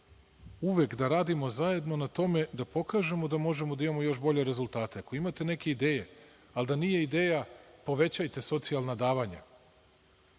uvek da radimo zajedno na tome, da pokažemo da možemo da imamo još bolje rezultate. Ako imate neke ideje, ali da nije ideja – povećajte socijalna davanja,